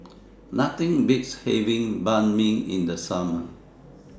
Nothing Beats having Banh MI in The Summer